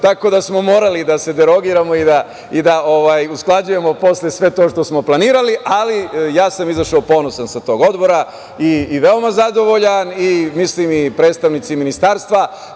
tako da smo morali da se derogiramo i da usklađujemo posle sve to što smo planirali, ali ja sam izašao ponosan sa tog odbora i veoma zadovoljan, i mislim i predstavnici Ministarstva,